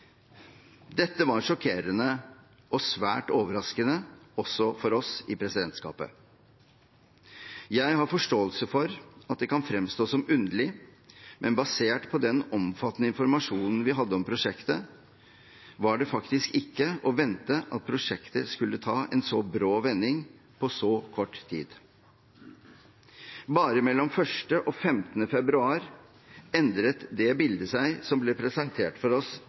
Dette var sjokkerende og svært overraskende også for oss i presidentskapet. Jeg har forståelse for at det kan fremstå som underlig, men basert på den omfattende informasjonen vi hadde om prosjektet, var det faktisk ikke å vente at prosjektet skulle ta en så brå vending på så kort tid. Bare mellom 1. og 15. februar endret det bildet som ble presentert for oss,